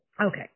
Okay